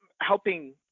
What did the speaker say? helping